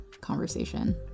conversation